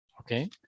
Okay